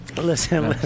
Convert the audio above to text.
Listen